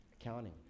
Accounting